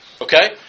Okay